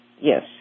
Yes